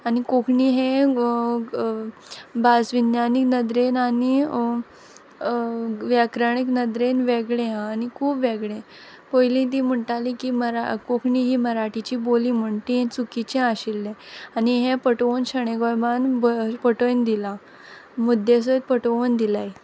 आनी कोंकणी हें भासविज्ञानीक नदरेन आनी व्याकरणीक नदरेन वेगळें आनी खूब वेगळें पयलीं तीं म्हणटालीं की कोंकणी ही मराठीची बोली म्हूण तें चुकिचें आशिल्लें आनी हें पटोवन शणै गोंयबाबान पटोयन दिलां मुद्दे सयत पटोवन दिलाय